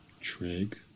Trig